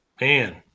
man